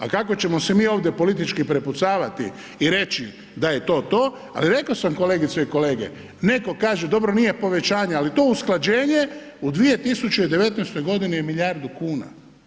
A kako ćemo se mi ovdje politički prepucavati i reći da je to to, ali rekao sam kolegice i kolege neko kaže dobro nije povećanje ali to usklađenje u 2019. godini je milijardu kuna.